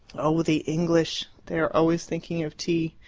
oh, the english! they are always thinking of tea.